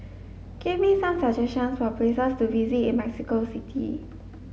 give me some suggestions for places to visit in Mexico City